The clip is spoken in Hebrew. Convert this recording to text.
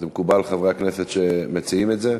זה מקובל, חברי הכנסת שמציעים את זה?